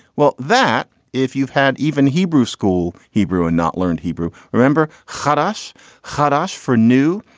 well, that if you've had even hebrew school hebrew and not learned hebrew, remember hadash hadash for new.